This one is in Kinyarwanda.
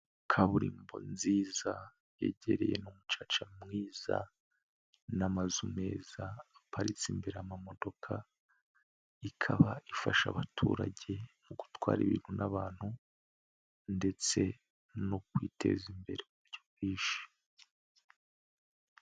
Kaburimbo nziza yegereye n'umucaca mwiza, n'amazu meza aparitse imbere amamodoka, ikaba ifasha abaturage mu gutwara ibintu n'abantu, ndetse no kwiteza imbere mu buryo bwinshi.